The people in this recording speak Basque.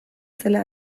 zela